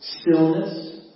Stillness